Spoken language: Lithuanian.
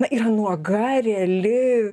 na yra nuoga reali